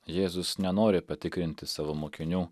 jėzus nenori patikrinti savo mokinių